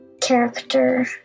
character